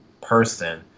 person